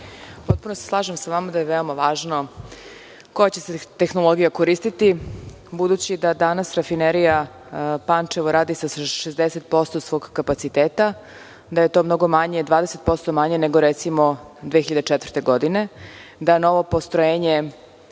Potpuno se slažem sa vama da je veoma važno koja će se tehnologija koristiti, budući da danas Rafinerija Pančevo radi sa 60% svog kapaciteta, da je to 20% manje nego, recimo, 2004. godine, da novo postrojenje